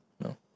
No